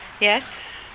Yes